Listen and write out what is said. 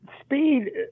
Speed